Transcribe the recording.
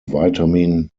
vitamin